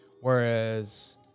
whereas